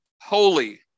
holy